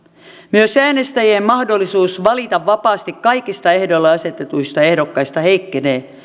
myös äänestäjien mahdollisuus valita vapaasti kaikista ehdolle asetetuista ehdokkaista heikkenee